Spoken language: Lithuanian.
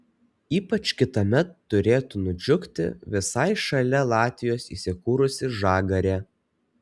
ypač kitąmet turėtų nudžiugti visai šalia latvijos įsikūrusi žagarė